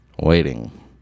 waiting